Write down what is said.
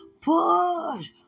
push